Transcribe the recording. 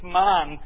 man